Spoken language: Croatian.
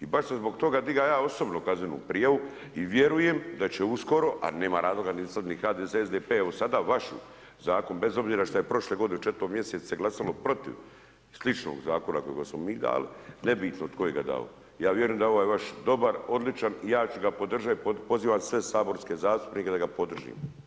I baš sam zbog toga digao ja osobno kaznenu prijavu i vjerujem da će uskoro, a nema razloga ni sad ni HDZ, ni SDP, evo sada vaš zakon, bez obzira što je prošle godine u 4 mjesecu se glasalo protiv sličnog zakona koji smo mi dali, nebitno tko ga je dao, ja vjerujem da je ovaj vaš dobar, odličan i ja ću ga podržat i pozivam sve saborske zastupnike da ga podrže.